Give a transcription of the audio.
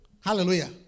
Hallelujah